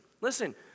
Listen